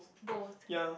both